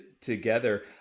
together